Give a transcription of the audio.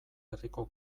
herriko